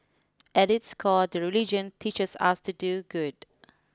at its core the religion teaches us to do good